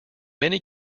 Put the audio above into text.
many